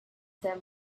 them